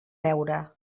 beure